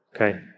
Okay